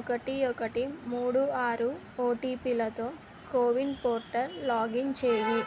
ఒకటి ఒకటి మూడు ఆరు ఓటీపీలతో కోవిన్ పోర్టల్ లాగిన్ చేయి